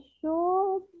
sure